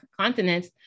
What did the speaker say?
continents